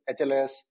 HLS